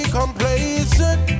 complacent